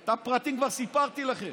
את הפרטים כבר סיפרתי לכם.